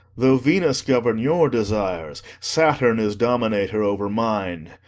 though venus govern your desires, saturn is dominator over mine.